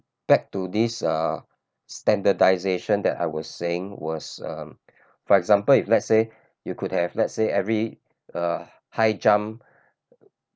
back to this uh standardisation that I was saying was um for example if let's say you could have let's say every uh high jump